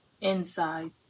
inside